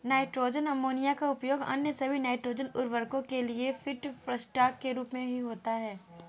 nitrogen ammonia का उपयोग अन्य सभी नाइट्रोजन उवर्रको के लिए फीडस्टॉक के रूप में होता है